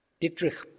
Dietrich